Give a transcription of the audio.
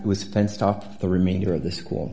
was fenced off the remainder of the school